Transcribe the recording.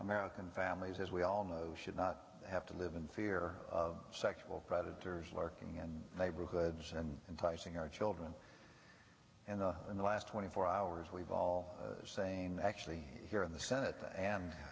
american families as we all know should not have to live in fear of sexual predators lurking in neighborhoods and enticing our children and in the last twenty four hours we've all sane actually here in the senate and